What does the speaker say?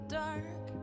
dark